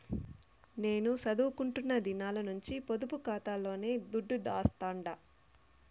నేను సదువుకుంటున్న దినాల నుంచి పొదుపు కాతాలోనే దుడ్డు దాస్తండా